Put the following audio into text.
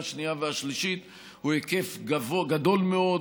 השנייה והשלישית הוא היקף גדול מאוד,